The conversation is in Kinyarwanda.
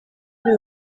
kuri